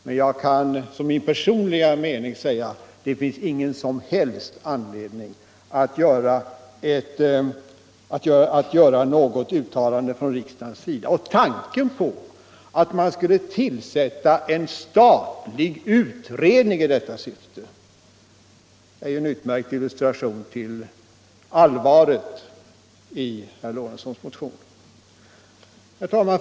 Men jag kan som min personliga mening säga att det inte finns någon som helst anledning att göra ett uttalande från riksdagens sida. Tanken på att man skulle tillsätta en statlig utredning i detta syfte är ju en utmärkt illustration till allvaret i herr Lorentzons motion. Herr talman!